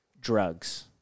drugs